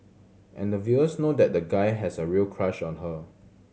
and the viewers know that the guy has a real crush on her